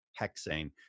hexane